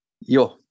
Yo